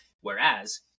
Whereas